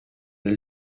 del